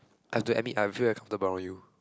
I've to admit I feel very comfortable about you